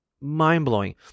mind-blowing